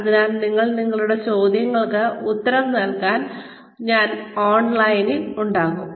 അതിൽ നിങ്ങളുടെ ചോദ്യങ്ങൾക്ക് ഉത്തരം നൽകാൻ ഞാൻ ഓൺലൈനിൽ ഉണ്ടാകും